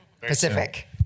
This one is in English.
Pacific